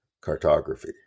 cartography